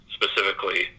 specifically